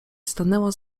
stanęła